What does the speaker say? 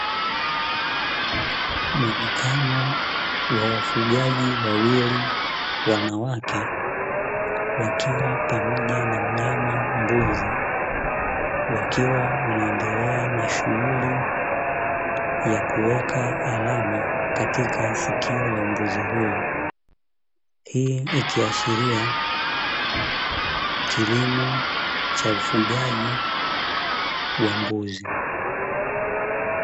Muonekano wa wafugaji wawili wanawake, wakiwa pamoja na mnyama mbuzi wakiwa wanendelea na shughuli ya kuweka alama katika sikio la mbuzi huyo, hii ikiashiria kilimo cha ufugaji wa mbuzi.